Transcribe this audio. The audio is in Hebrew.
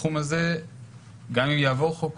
גם אם יעבור חוק